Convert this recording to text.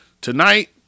tonight